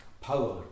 power